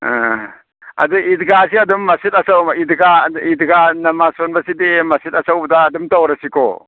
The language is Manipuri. ꯑꯥ ꯑꯗꯨ ꯏꯗꯤꯒꯥꯁꯤ ꯑꯗꯨꯝ ꯃꯁꯖꯤꯗ ꯑꯆꯧꯕ ꯏꯗꯤꯒꯥ ꯅꯃꯥꯖ ꯁꯣꯟꯕꯁꯤꯗꯤ ꯃꯁꯖꯤꯗ ꯑꯆꯧꯕꯗ ꯑꯗꯨꯝ ꯇꯧꯔꯁꯤꯀꯣ